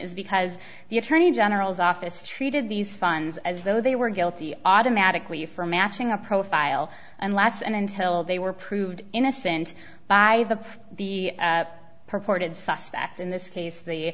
is because the attorney general's office treated these funds as though they were guilty automatically for matching a profile unless and until they were proved innocent by the the purported suspect in this case the